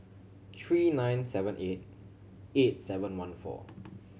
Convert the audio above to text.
three nine seven eight eight seven one four